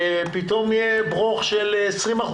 ופתאום יהיה ברוך של 20%,